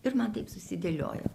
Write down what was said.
ir man taip susidėliojo